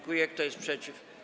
Kto jest przeciw?